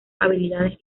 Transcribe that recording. habilidades